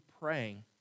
praying